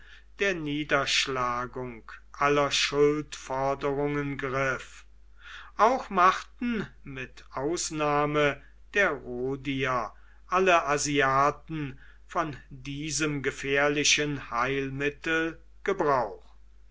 der niederschlagung aller schuldforderungen griff auch machten mit ausnahme der rhodier alle asiaten von diesem gefährlichen heilmittel gebrauch